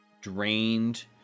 drained